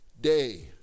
day